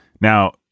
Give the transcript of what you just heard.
Now